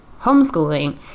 homeschooling